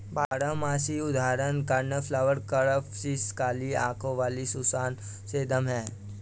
बारहमासी के उदाहरण कोर्नफ्लॉवर, कोरॉप्सिस, काली आंखों वाली सुसान, सेडम हैं